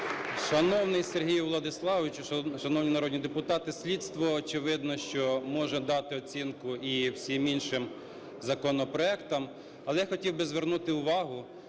Шановний Сергію Владиславовичу, шановні народні депутати! Слідство, очевидно, що може дати оцінку і всім іншим законопроектам. Але хотів би звернути увагу,